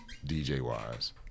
DJ-wise